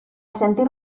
sentir